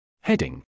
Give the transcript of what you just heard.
Heading